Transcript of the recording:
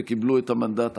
וקיבלו את המנדט אחריו.